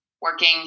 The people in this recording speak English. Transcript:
working